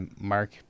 Mark